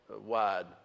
wide